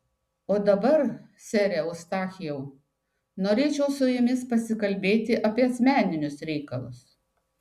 o dabar sere eustachijau norėčiau su jumis pasikalbėti apie asmeninius reikalus